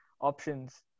options